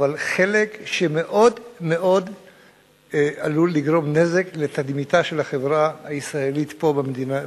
אבל חלק שמאוד מאוד עלול לגרום נזק לתדמיתה של החברה הישראלית פה,